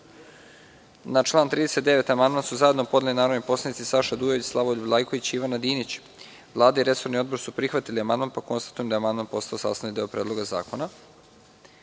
Ne. Na član 39. amandman su zajedno podneli narodni poslanici Saša Dujović, Slavoljub Vlajković i Ivana Dinić. Vlada i resorni odbor su prihvatili amandman. Konstatujem da je amandman postao sastavni deo Predloga zakona. Da